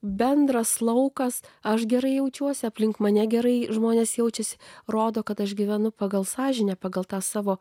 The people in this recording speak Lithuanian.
bendras laukas aš gerai jaučiuosi aplink mane gerai žmonės jaučiasi rodo kad aš gyvenu pagal sąžinę pagal tą savo